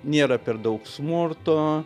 nėra per daug smurto